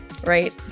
right